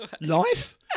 Life